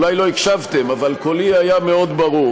אולי לא הקשבתם, אבל קולי היה מאוד ברור.